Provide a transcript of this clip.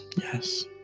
Yes